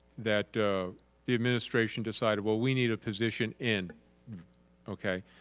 that the administration decided, well, we need a position in okay.